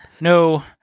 No